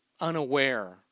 unaware